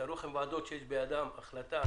תארו לכם ועדות שיש בידן החלטה